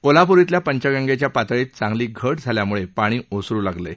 कोल्हापूर इथल्या पंचगंगेच्या पातळीत चांगली घट झाल्यानं पाणी ओसरू लागले आहे